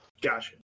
Gotcha